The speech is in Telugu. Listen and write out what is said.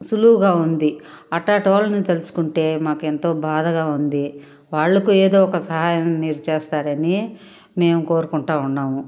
సులువుగా ఉంది అట్టాటి వాళ్ళని తలుచుకుంటే మాకెంతో బాధగా ఉంది వాళ్ళకు ఏదో ఒక సహాయం మీరు చేస్తారని మేము కోరుకుంటు ఉన్నాము